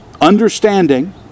understanding